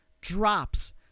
Drops